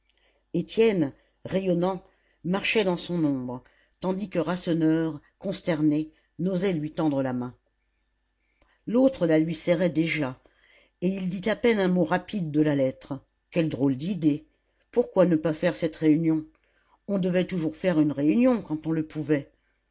étienne rayonnant marchait dans son ombre tandis que rasseneur consterné n'osait lui tendre la main l'autre la lui serrait déjà et il dit à peine un mot rapide de la lettre quelle drôle d'idée pourquoi ne pas faire cette réunion on devait toujours faire une réunion quand on le pouvait